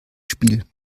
spiel